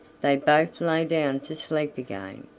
they both lay down to sleep again,